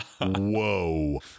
Whoa